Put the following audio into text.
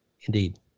indeed